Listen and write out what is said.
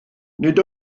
nid